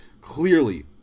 Clearly